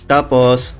Tapos